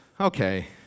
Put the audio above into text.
okay